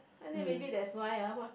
and then maybe that's why ah what